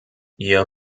ihr